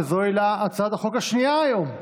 שזוהי לה הצעת החוק השנייה היום.